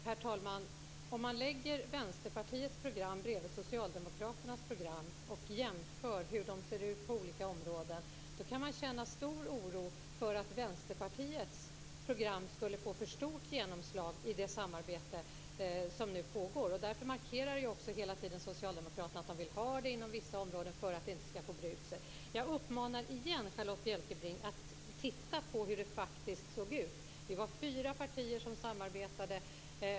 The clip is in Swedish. Herr talman! Om man lägger Vänsterpartiets program bredvid Socialdemokraternas program och jämför hur de ser ut på olika områden kan man känna stor oro för att Vänsterpartiets program skall få för stort genomslag i det samarbete som nu pågår. Därför markerar Socialdemokraterna att de vill ha samarbetet inom vissa områden så att det inte skall breda ut sig. Jag uppmanar Charlotta Bjälkebring igen att titta på hur det faktiskt såg ut. Vi var fyra partier som samarbetade.